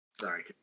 Sorry